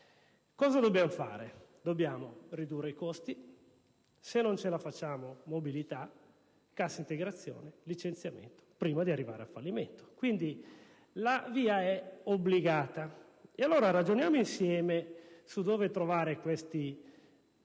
Cosa dobbiamo fare allora? Dobbiamo ridurre i costi; e poi, se non ce la facciamo, mobilità, cassa integrazione, licenziamento, prima di arrivare al fallimento. Quindi, la via è obbligata; e allora ragioniamo insieme su dove trovare questi 25